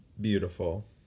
beautiful